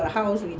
mmhmm